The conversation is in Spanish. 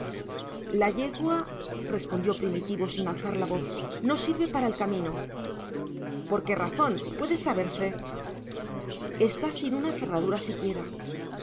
ocurre la yegua respondió primitivo sin alzar la voz no sirve para el camino por qué razón puede saberse está sin una ferradura